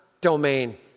domain